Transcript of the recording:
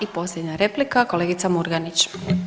I posljednja replika, kolegica Murganić.